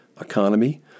economy